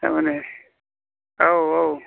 थारमाने औ औ